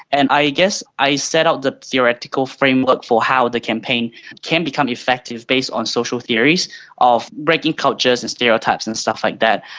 and i ah guess i set up the theoretical framework for how the campaign can become effective, based on social theories of breaking cultures and stereotypes and stuff like that,